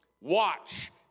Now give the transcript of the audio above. Watch